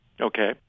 Okay